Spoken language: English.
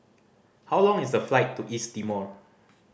how long is the flight to East Timor